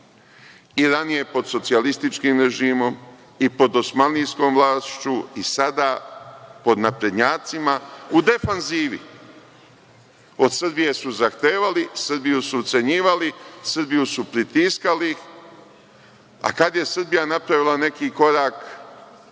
i ranije pod socijalističkim režimom i pod Osmanlijskom vlašću i sada pod naprednjacima u defanzivi. Od Srbije su zahtevali, Srbiju su ucenjivali, Srbiju su pritiskali, a kad je Srbija napravila neki korak